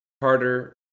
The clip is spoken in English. Carter